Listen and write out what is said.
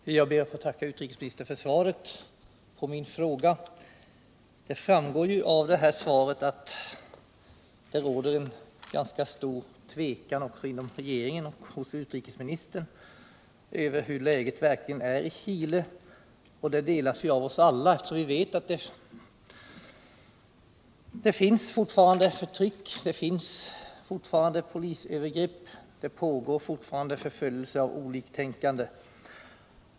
Herr talman! Jag ber att få tacka utrikesministern för svaret på min fråga. Det framgår av detta svar att det råder ganska stor tvekan också inom regeringen och hos utrikesministern om hur läget verkligen är i Chile. Denna tvekan delas av oss alla, eftersom vi vet att det fortfarande finns förtryck, fortfarande förekommer polisövergrepp och fortfarande pågår förföljelse av oliktänkande.